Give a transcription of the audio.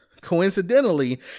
coincidentally